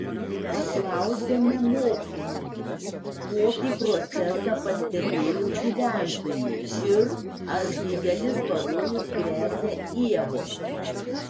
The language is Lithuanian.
paklausėme mokslininkų kokį procesą pastebėjo gyventojai ir ar didelis pavojus gresia ievoms